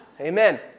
Amen